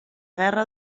guerra